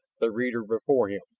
the reader before him,